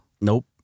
Nope